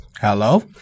Hello